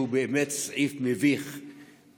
שהוא באמת סעיף מביך,